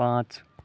पाँच